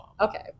Okay